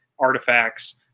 artifacts